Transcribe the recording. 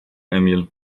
emil